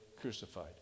crucified